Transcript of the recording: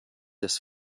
des